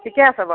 ঠিকে আছে বাৰু